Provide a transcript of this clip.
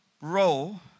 role